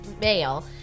male